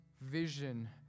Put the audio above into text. vision